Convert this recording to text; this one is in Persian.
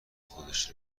خودش